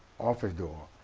office door.